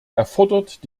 erfordert